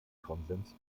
konsens